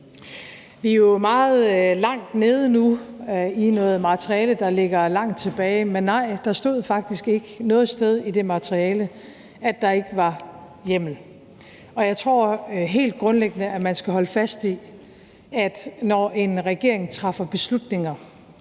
Vi er jo meget langt nede nu i noget materiale, der ligger langt tilbage, og nej, der stod faktisk ikke noget sted i det materiale, at der ikke var lovhjemmel, og jeg tror helt grundlæggende, at man skal holde fast i, at når en regering træffer beslutninger,